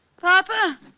Papa